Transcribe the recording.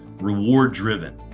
reward-driven